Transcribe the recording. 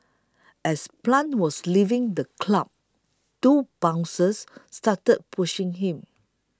as Plant was leaving the club two bouncers started pushing him